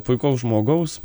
puikaus žmogaus